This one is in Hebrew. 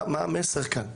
מה המסר כאן?